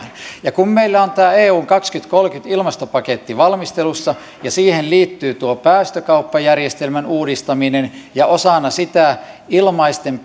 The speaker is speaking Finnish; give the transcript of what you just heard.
kun meillä on tämä eu kaksituhattakolmekymmentä ilmastopaketti valmistelussa ja siihen liittyy tuo päästökauppajärjestelmän uudistaminen ja osana sitä ilmaisten